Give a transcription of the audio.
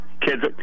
kids